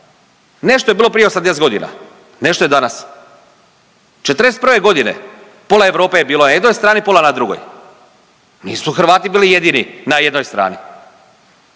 Nešto je bilo prije 80 godina, nešto je danas. '41. g. pola Europe je bilo na jednoj strani, pola na drugoj. Nisu Hrvati bili jedini na jednoj strani.